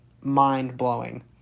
mind-blowing